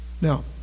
now